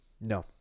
No